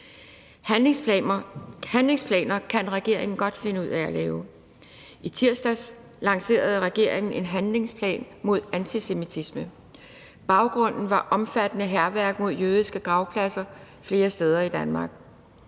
Handlingsplaner kan regeringen godt finde ud af at lave. I tirsdags lancerede regeringen en handlingsplan mod antisemitisme. Baggrunden var omfattende hærværk mod jødiske gravpladser flere steder i Danmark.